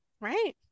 Right